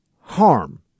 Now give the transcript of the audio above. harm